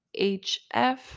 HF